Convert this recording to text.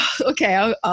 Okay